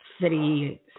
city